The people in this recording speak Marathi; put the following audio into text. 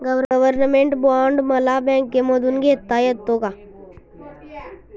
गव्हर्नमेंट बॉण्ड मला बँकेमधून घेता येतात का?